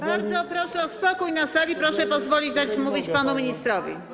Bardzo proszę o spokój na sali, proszę pozwolić mówić panu ministrowi.